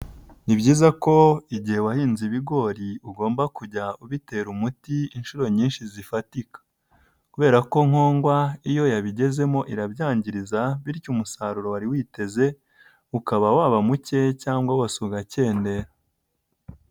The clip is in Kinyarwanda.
Ni byiza ko igihe wahinze ibigori ugomba kujya ubitera umuti inshuro nyinshi zifatika kubera ko nkongwa iyo yabigezemo irabyangiza bityo umusaruro wari witeze ukaba waba muke cyangwa wose ugakendera.